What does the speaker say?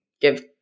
give